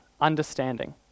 understanding